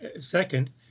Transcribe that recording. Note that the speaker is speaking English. Second